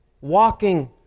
walking